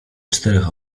czterech